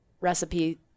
recipe